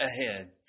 ahead